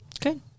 Good